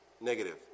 Negative